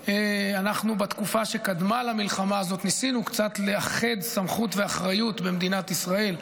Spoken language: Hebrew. בתקופה שקדמה למלחמה הזאת ניסינו קצת לאחד סמכות ואחריות במדינת ישראל.